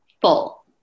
full